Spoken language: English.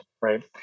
right